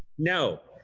no.